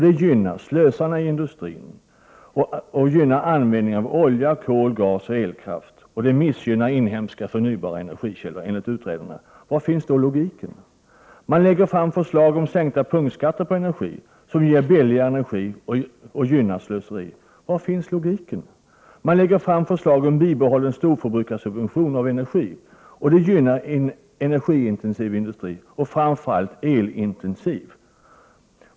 Det gynnar slösarna i industrin, gynnar användning av olja, kol, gas och elkraft, men det missgynnar inhemska förnybara energikällor. Var finns logiken? Jo, man lägger fram förslag om sänkta punktskatter på energi som ger billigare energi och gynnar slöseri. Var finns logiken? Jo, man lägger fram förslag om bibehållen storförbrukssubvention för energi, vilket gynnar energiintensiv, framför allt elintensiv, industri.